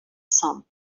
sun